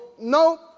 no